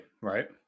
right